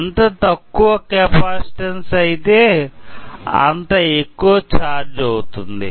ఎంత ఎక్కువ కెపాసిటన్స్ అయితే అంత ఎక్కువ ఛార్జ్ అవుతుంది